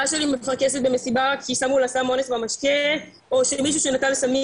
שלי מפרכסת במסיבה כי שמו לה סם אונס במשקה או שמישהו שנטל סמים